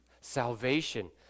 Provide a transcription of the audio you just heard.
Salvation